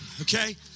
okay